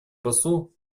послу